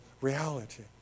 reality